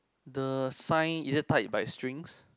the sign is it tied by strings